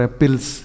pills